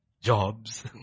jobs